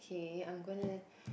kay I'm gonna